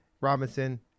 Robinson